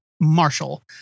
Marshall